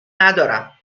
ندارم